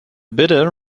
bidder